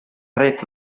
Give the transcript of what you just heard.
retta